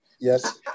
Yes